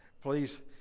Please